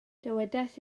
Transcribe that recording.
dywedais